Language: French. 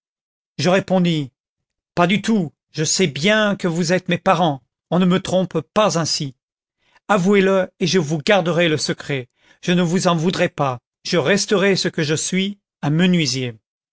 je répondis pas du tout je sais bien que vous êtes mes parents on ne me trompe pas ainsi avouez-le et je vous garderai le secret je ne vous en voudrai pas je resterai ce que je suis un menuisier